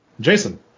Jason